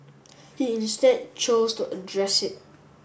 he instead chose to address it